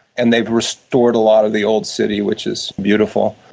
and they've restored a lot of the old city, which is beautiful.